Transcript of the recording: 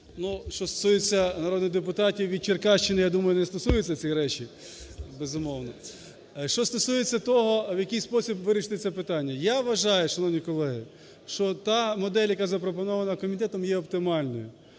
що стосується народних депутатів від Черкащини, я думаю, не стосуються ці речі, безумовно. Що стосується того, в який спосіб вирішити це питання. Я вважаю, шановні колеги, що та модель, яка запропонована комітетом, є оптимальною.